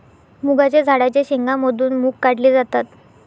मुगाच्या झाडाच्या शेंगा मधून मुग काढले जातात